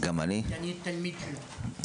הייתי תלמיד שלו.